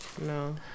No